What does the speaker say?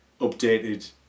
updated